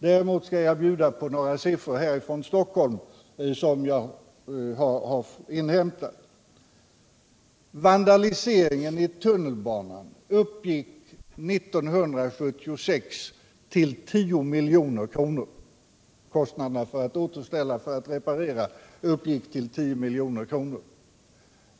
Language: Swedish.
Däremot skall jag bjuda på några siffror härifrån Stockholm som jag har inhämtat. Kostnaden för att reparera efter vandalisering i tunnelbanan uppgick 1976 till 10 milj.kr.